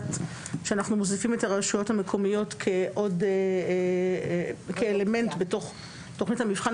שהוחלט שאנחנו מוסיפים את הרשויות המקומיות כאלמנט בתוך תוכנית המבחן,